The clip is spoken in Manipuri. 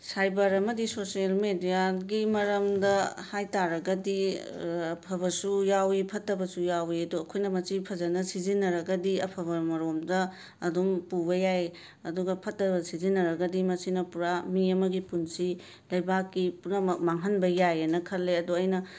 ꯁꯥꯏꯕꯔ ꯑꯃꯗꯤ ꯁꯣꯁ꯭ꯌꯦꯜ ꯃꯦꯗꯤꯌꯥꯒꯤ ꯃꯔꯝꯗ ꯍꯥꯏ ꯇꯥꯔꯒꯗꯤ ꯑꯐꯕꯁꯨ ꯌꯥꯎꯋꯤ ꯐꯠꯇꯕꯁꯨ ꯌꯥꯎꯏ ꯑꯗꯣ ꯑꯩꯈꯣꯏꯅ ꯃꯁꯤ ꯐꯖꯅ ꯁꯤꯖꯤꯟꯅꯔꯒꯗꯤ ꯑꯐꯕ ꯔꯣꯝꯗ ꯑꯗꯨꯝ ꯄꯨꯕ ꯌꯥꯏ ꯑꯗꯨꯒ ꯐꯠꯇꯕ ꯁꯤꯖꯤꯟꯅꯔꯒꯗꯤ ꯃꯁꯤꯅ ꯄꯨꯔꯥ ꯃꯤ ꯑꯃꯒꯤ ꯄꯨꯟꯁꯤ ꯂꯩꯕꯥꯛꯀꯤ ꯄꯨꯝꯅꯃꯛ ꯃꯥꯡꯍꯟꯕ ꯌꯥꯏꯌꯦꯅ ꯈꯜꯂꯦ ꯑꯗꯣ ꯑꯩꯅ